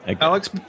Alex